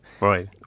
Right